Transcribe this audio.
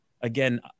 again